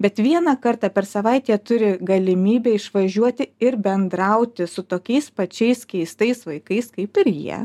bet vieną kartą per savaitę jie turi galimybę išvažiuoti ir bendrauti su tokiais pačiais keistais vaikais kaip ir jie